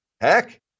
Heck